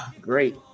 Great